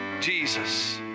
Jesus